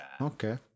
okay